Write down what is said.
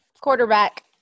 Quarterback